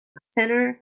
center